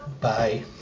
Bye